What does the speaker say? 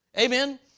Amen